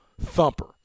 thumper